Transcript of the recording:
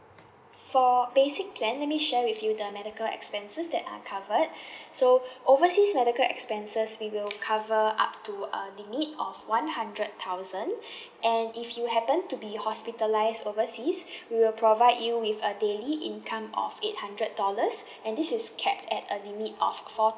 for basic plan let me share with you the medical expenses that are covered so overseas medical expenses we will cover up to a limit of one hundred thousand and if you happen to be hospitalised overseas we will provide you with a daily income of eight hundred dollars and this is capped at a limit of four